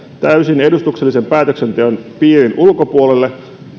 täysin edustuksellisen päätöksenteon piirin ulkopuolelle